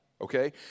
okay